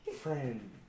Friend